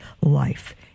life